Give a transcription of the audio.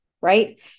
right